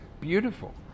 beautiful